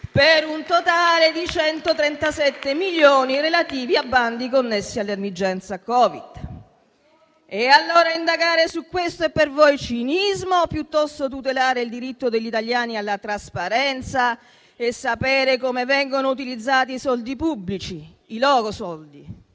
per un totale di 137 milioni relativi a bandi connessi all'emergenza Covid. E allora indagare su questo è per voi cinismo o piuttosto tutelare il diritto degli italiani alla trasparenza e sapere come vengono utilizzati i soldi pubblici, i loro soldi?